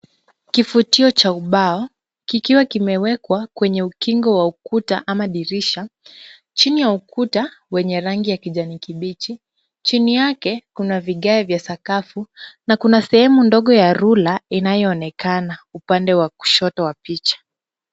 Kifutio cha ubao kikiwa kimewekwa kwenye ukingo wa ukuta ama dirisha. Chini ya ukuta wenye rangi ya kijani kibichi, chini yake kuna vigae vya sakafu na kuna sehemu ndogo ya rula inayoonekana upande wa kushoto wa picha.